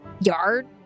yard